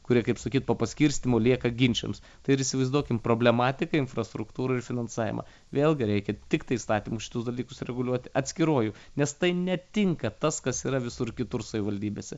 kurie kaip sakyt po paskirstymo lieka ginčams tai ir įsivaizduokim problematiką infrastruktūrą ir finansavimą vėlgi reikia tiktai įstatymu šitus dalykus reguliuoti atskiruoju nes tai netinka tas kas yra visur kitur savivaldybėse